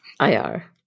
ir